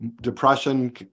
depression